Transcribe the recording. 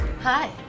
Hi